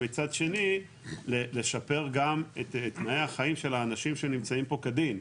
מצד שני לשפר גם את תנאי החיים של האנשים שנמצאים פה כדין.